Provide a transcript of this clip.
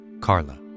Carla